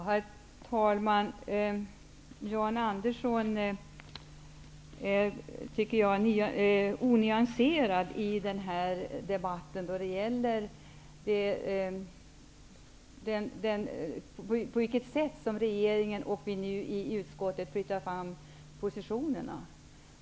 Herr talman! Jan Andersson är onyanserad i den här debatten när det gäller på vilket sätt som regeringen och vi i utskottet flyttar fram positionerna.